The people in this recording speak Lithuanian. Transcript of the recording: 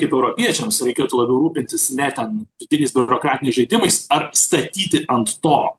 kaip europiečiams reikėtų labiau rūpintis ne ten dideliais biurokratiniais žaidimais ar statyti ant to